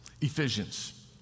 Ephesians